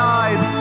eyes